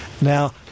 Now